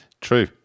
True